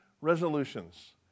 resolutions